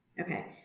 Okay